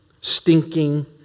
stinking